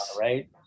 right